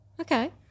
Okay